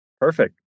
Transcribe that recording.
Perfect